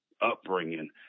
upbringing